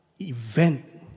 event